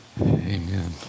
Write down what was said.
Amen